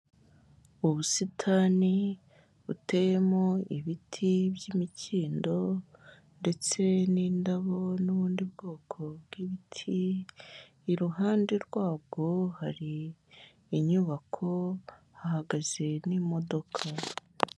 Ubusitani buteyemo ibiti by'imikindo ndetse n'indabo n'ubundi bwoko bw'ibiti, iruhande rwabwo hari inyubako, hahagaze n'imodoka.